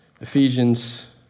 Ephesians